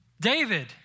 David